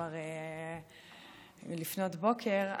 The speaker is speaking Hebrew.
כבר לפנות בוקר,